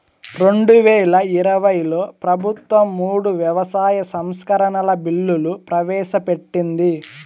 రెండువేల ఇరవైలో ప్రభుత్వం మూడు వ్యవసాయ సంస్కరణల బిల్లులు ప్రవేశపెట్టింది